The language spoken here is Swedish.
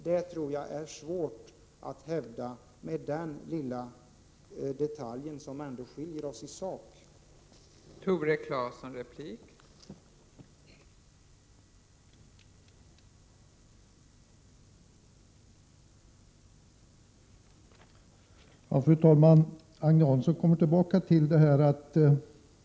Det är svårt att hävda, att denna lilla detalj som är det enda som i sak skiljer oss åt skulle ha så stor betydelse.